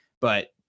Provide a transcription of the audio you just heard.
but-